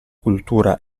cultura